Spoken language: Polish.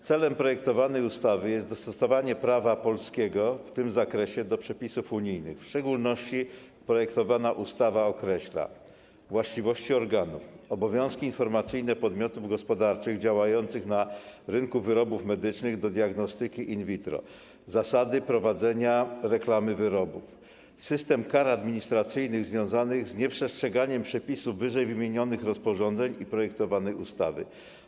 Celem projektowanej ustawy jest dostosowanie prawa polskiego w tym zakresie do przepisów unijnych, w szczególności projektowana ustawa określa właściwości organów, obowiązki informacyjne podmiotów gospodarczych działających na rynku wyrobów medycznych do diagnostyki in vitro, zasady prowadzenia reklamy wyrobów, system kar administracyjnych związanych z nieprzestrzeganiem przepisów ww. rozporządzeń i projektowanej ustawy.